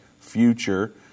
future